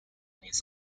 his